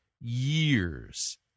years